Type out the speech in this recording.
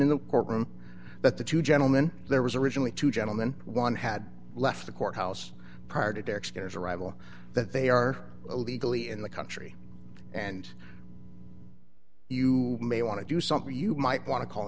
in the courtroom but the two gentlemen there was originally two gentlemen one had left the courthouse prior to dex going to rival that they are illegally in the country and you may want to do something you might want to call